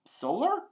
solar